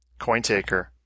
Cointaker